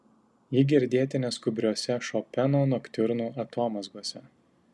ji girdėti neskubriose šopeno noktiurnų atomazgose